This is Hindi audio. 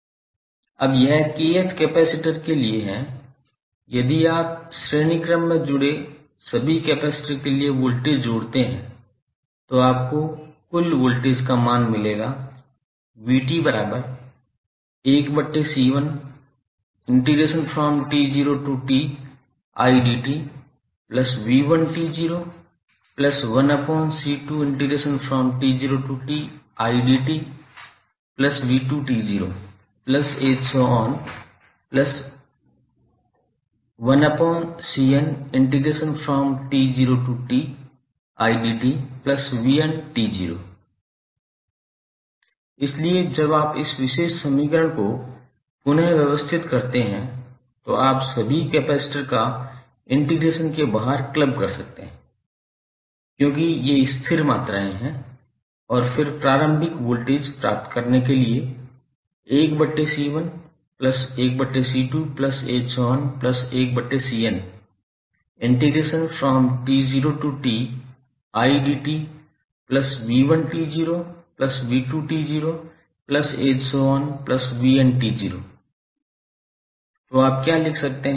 अब यह kth कैपेसिटर के लिए है यदि आप श्रेणी क्रम में जुड़े सभी कैपेसिटर के लिए वोल्टेज जोड़ते हैं तो आपको कुल वोल्टेज का मान मिलेगा इसलिए जब आप इस विशेष समीकरण को पुन व्यवस्थित करते हैं तो आप सभी कैपेसिटर का इंटीग्रेशन के बाहर क्लब कर सकते हैं क्योंकि ये स्थिर मात्राएं हैं और फिर प्रारंभिक वोल्टेज प्राप्त करने के लिए तो आप क्या लिख सकते हैं